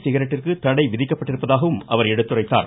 சிகரெட்டிற்கு தடை விதிக்கப்பட்டிருப்பதாகவும் அவர் எடுத்துரைத்தார்